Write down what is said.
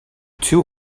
two